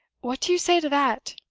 what do you say to that?